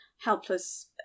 helpless